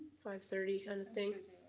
five thirty kind of thing.